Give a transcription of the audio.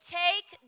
take